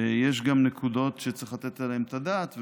יש גם נקודות שצריך לתת עליהן את הדעת,